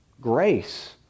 Grace